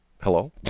Hello